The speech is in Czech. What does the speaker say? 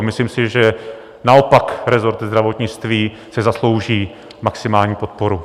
Myslím si, že naopak rezort zdravotnictví si zaslouží maximální podporu.